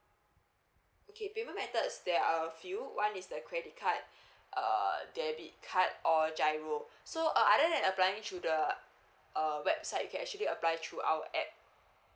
okay payment methods there are a few one is the credit card err debit card or G_I_R_O so uh other than applying through the uh website you can actually apply through our app